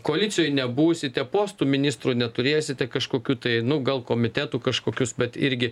koalicijoj nebūsite postų ministrų neturėsite kažkokių tai nu gal komitetų kažkokius bet irgi